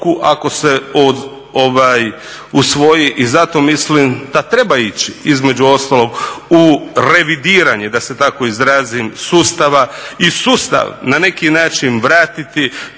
ako se usvoji. I zato mislim da treba ići između ostalog u revidiranje da se tako izrazim sustava i sustav na neki način vratiti